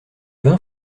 vin